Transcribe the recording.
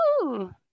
Woo